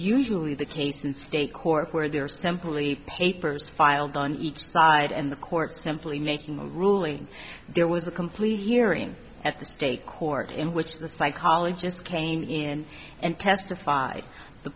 usually the case in state court where there are simply papers filed on each side and the court simply making a ruling there was a complete hearing at the state court in which the psychologist came in and testified the